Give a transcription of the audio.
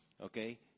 Okay